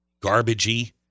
garbagey